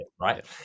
right